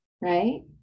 right